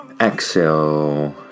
exhale